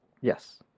Yes